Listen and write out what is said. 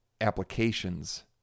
applications